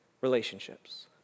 relationships